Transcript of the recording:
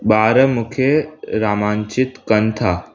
ॿार मूंखे रोमांचित कनि था